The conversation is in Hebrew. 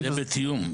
--- זה בתיאום.